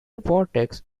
vortex